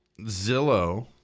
Zillow